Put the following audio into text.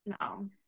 No